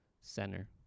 center